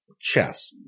chess